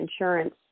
insurance